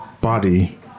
body